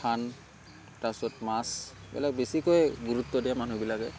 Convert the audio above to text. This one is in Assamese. ধান তাৰপিছত মাছ এইবিলাক বেছিকৈ গুৰুত্ব দিয়ে মানুহবিলাকে